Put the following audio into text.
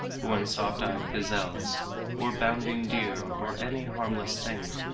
but when soft-eyed gazelles or bounding deer, or any harmless thing,